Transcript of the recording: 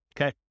okay